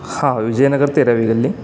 हां विजयनगर तेरावी गल्ली